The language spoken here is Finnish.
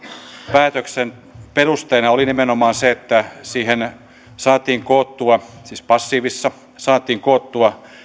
päätöksen perusteena oli nimenomaan se että siihen saatiin koottua siis passiivissa saatiin koottua